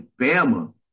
Bama